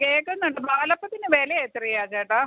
കേൾക്കുന്നുണ്ട് പാലപ്പത്തിന് വിലയെത്രയാണ് ചേട്ടാ